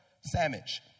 sandwich